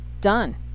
Done